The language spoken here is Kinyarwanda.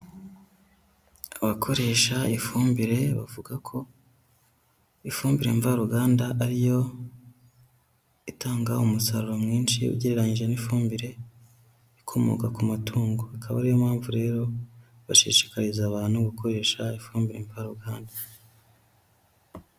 Abakoresha ifumbire bavuga ko ifumbire mvaruganda ariyo itanga umusaruro mwinshi, ugereranyije n'ifumbire ikomoka ku matungo, akaba ariyo mpamvu rero bashishikariza abantu gukoresha ifumbire mvaruganda.